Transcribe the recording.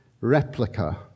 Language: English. replica